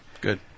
Good